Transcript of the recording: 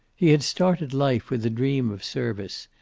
he had started life with a dream of service,